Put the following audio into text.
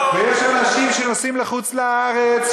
ויש אנשים שנוסעים לחוץ-לארץ,